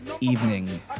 evening